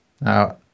Now